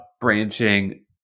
branching